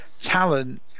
talent